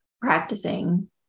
practicing